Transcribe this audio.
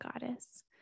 Goddess